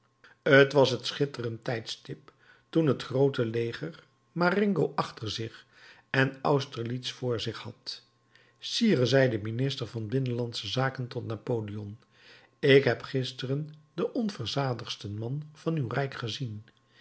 t was het schitterend tijdstip toen het groote leger marengo achter zich en austerlitz voor zich had sire zei de minister van binnenlandsche zaken tot napoleon ik heb gisteren den onversaagdsten man van uw rijk gezien